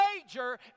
major